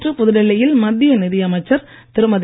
நேற்று புதுடில்லி யில் மத்திய நிதி அமைச்சர் திருமதி